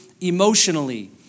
emotionally